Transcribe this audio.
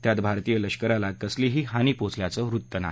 त्यात भारतीय लष्कराला कसलीही हानी पोचल्याचं वृत्त नाही